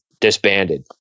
disbanded